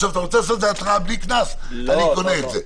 אתה רוצה לעשות התראה בלי קנס, אני קונה את זה.